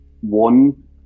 One